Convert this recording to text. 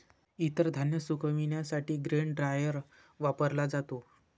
इतर धान्य सुकविण्यासाठी ग्रेन ड्रायर वापरला जातो